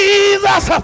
Jesus